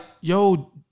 yo